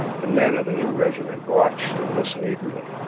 the men of the new regiment watched and listened eagerly,